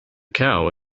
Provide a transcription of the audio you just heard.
cow